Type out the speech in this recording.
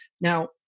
now